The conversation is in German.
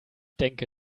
denke